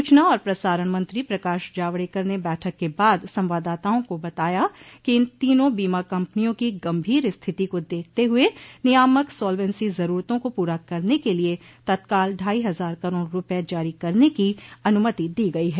सूचना और प्रसारण मंत्री प्रकाश जावड़ेकर ने बैठक के बाद संवाददाताओं को बताया कि इन तीनों बीमा कंपनियों की गंभीर स्थिति को देखते हुए नियामक सॉलवेंसी जरूरतों को पूरा करने के लिए तत्काल ढ़ाई हज़ार करोड़ रूपये जारी करने की अनुमति दी गयी है